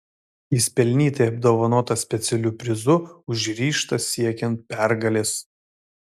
jis pelnytai apdovanotas specialiu prizu už ryžtą siekiant pergalės